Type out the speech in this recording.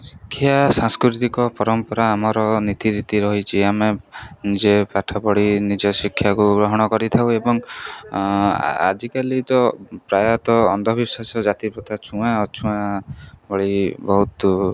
ଶିକ୍ଷା ସାଂସ୍କୃତିକ ପରମ୍ପରା ଆମର ନୀତି ରୀତି ରହିଛି ଆମେ ନିଜେ ପାଠ ପଢ଼ି ନିଜ ଶିକ୍ଷାକୁ ଗ୍ରହଣ କରିଥାଉ ଏବଂ ଆଜିକାଲି ତ ପ୍ରାୟତଃ ଅନ୍ଧବିଶ୍ୱାସ ଜାତି ପ୍ର୍ରତା ଛୁଆଁ ଅଛୁଆଁ ଭଳି ବହୁତ